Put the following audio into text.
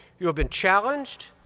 you have been challenged,